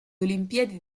olimpiadi